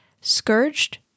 scourged